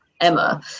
Emma